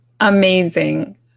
Amazing